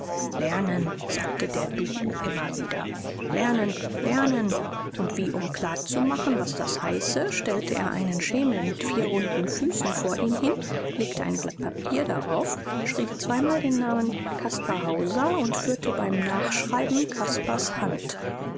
lernen sagte der du immer wieder lernen lernen und wie um klarzumachen was das heiße stellte er einen schemel mit vier runden füßen vor ihn hin legte ein blatt papier darauf schrieb zweimal den namen caspar hauser und führte beim nachschreiben caspars hand